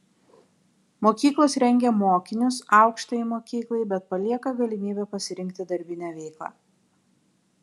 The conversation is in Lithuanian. mokyklos rengia mokinius aukštajai mokyklai bet palieka galimybę pasirinkti darbinę veiklą